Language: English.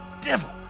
devil